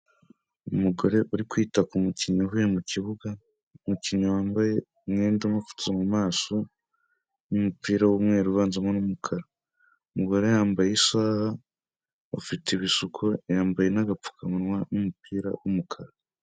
Umugore uri kwita ku mukinnyi uvuye mu kibuga, umukinnyi wambaye umwenda umupfutse mu maso n'umupira w'umweru uvanzemo n'umukara. Umugore yambaye isaha, afite ibishuko yambaye n'agapfukanwa n'umupira w'umukara.